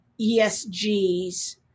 ESGs